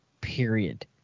period